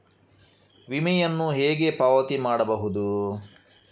ವಿಮೆಯನ್ನು ಹೇಗೆ ಪಾವತಿ ಮಾಡಬಹುದು?